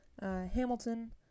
Hamilton